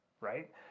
right